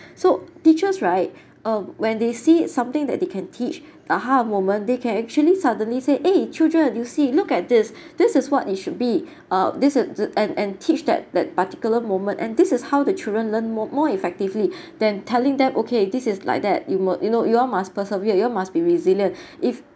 so teachers right um when they see something that they can teach aha moment they can actually suddenly say eh children you see look at this this is what it should be uh this and and teach that that particular moment and this is how the children learn more more effectively than telling them okay this is like that you know you all must persevere you all must be resilient if